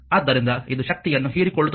ಆದ್ದರಿಂದ ಇದು ಶಕ್ತಿಯನ್ನು ಹೀರಿಕೊಳ್ಳುತ್ತದೆ